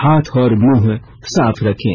हाथ और मुंह साफ रखें